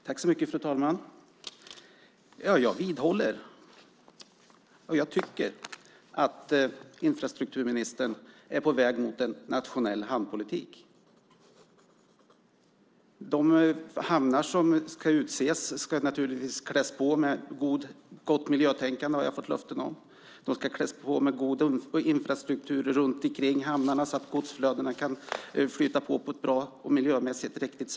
Fru talman! Jag vidhåller att infrastrukturministern är på väg mot en nationell hamnpolitik. De hamnar som ska utses ska kläs med gott miljötänkande, har jag fått löften om. De ska kläs med god infrastruktur runt hamnarna så att godsflödena blir bra och miljöriktiga.